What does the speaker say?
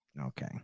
Okay